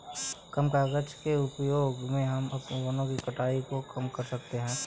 कम कागज़ के उपयोग से हम वनो की कटाई को कम कर सकते है